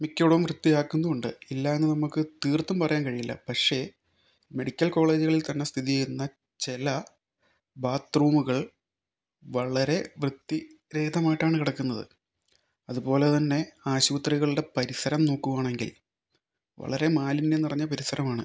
മിക്ക ഇടവും വൃത്തിയാക്കുന്നും ഉണ്ട് ഇല്ല എന്ന് ഒന്നും നമുക്ക് തീർത്തും പറയാൻ കഴിയില്ല പക്ഷേ മെഡിക്കൽ കോളേജുകളിൽ തന്നെ സ്ഥിതി ചെയ്യുന്ന ചില ബാത്ത് റൂമുകൾ വളരെ വൃത്തി രഹിതമായിട്ടാണ് കിടക്കുന്നത് അതുപോലെത്തന്നെ ആശുപത്രികളുടെ പരിസരം നോക്കുകയാണെങ്കിൽ വളരെ മാലിന്യം നിറഞ്ഞ പരിസരമാണ്